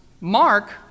Mark